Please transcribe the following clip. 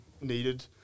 needed